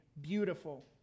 beautiful